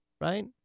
right